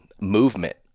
movement